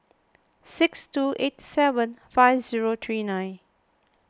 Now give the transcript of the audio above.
six two eight seven five zero three nine